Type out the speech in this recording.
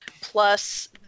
plus